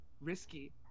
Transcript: risky